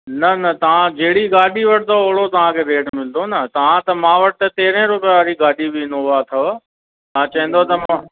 न न तव्हां जहिड़ी गाॾी वठंदव ओहिड़ो तव्हांखे रेट मिलंदो न तव्हां त मां वटि त तेरहं रुपए वारी गाॾी बि इनोवा अथव तव्हां चवंदव त मां